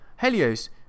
Helios